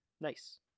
Nice